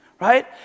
right